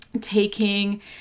taking